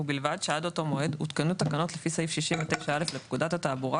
ובלבד שעד אותו מועד הותקנו תקנות לפי סעיף 69א לפקודת התעבורה,